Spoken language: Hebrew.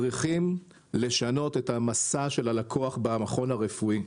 צריכים לשנות את המסע של הלקוח במכון הרפואי.